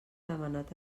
demanat